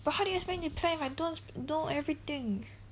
but how do you expect me to plan when I don't know everything